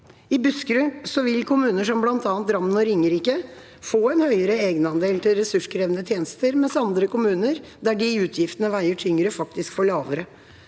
I Buskerud vil kommuner som bl.a. Drammen og Ringerike få en høyere egenandel til ressurskrevende tjenester, mens andre kommuner, der de utgiftene veier tyngre, faktisk får lavere.